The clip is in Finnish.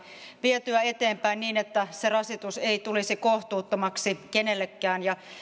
vietyä eteenpäin niin että se rasitus ei tulisi kohtuuttomaksi kenellekään